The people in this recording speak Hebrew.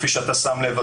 כפי שאתה שם לב,